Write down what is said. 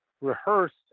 rehearsed